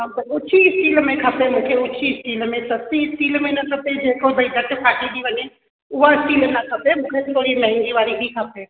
हा त उची स्टील में खपे मूंखे उची स्टील में सस्ती स्टील में न खपे जेको भाई झट फाटी थी वञे हूअ स्टील न खपे मूंखे थोरी महांगी वारी ई खपे